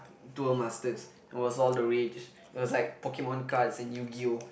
duel-masters was all the way rage it was like Pokemon cards and yu-gi-oh